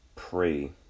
pray